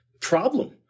problem